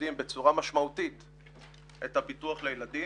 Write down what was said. ומסבסדים בצורה משמעותית את הביטוח לילדים.